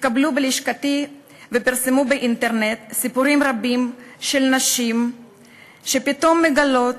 התקבלו בלשכתי ופורסמו באינטרנט סיפורים רבים של נשים שפתאום מגלות